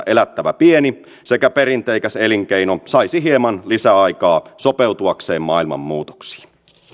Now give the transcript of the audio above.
elättävä pieni sekä perinteikäs elinkeino saisi hieman lisäaikaa sopeutuakseen maailman muutoksiin